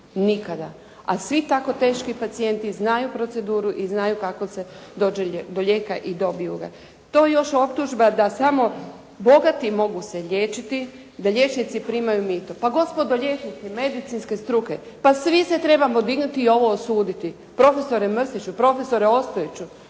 Nikada. A svi tako teški pacijenti znaju proceduru i znaju kako se dođe do lijeka i dobiju ga. Tu je još optužba da samo bogati mogu se liječiti, da liječnici primaju mito. Pa gospodo liječnici medicinske struke, pa svi se trebamo dignuti i ovo osuditi. Profesore Mrsiću, profesore Osojiću,